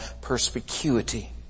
perspicuity